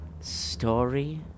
story